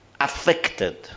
affected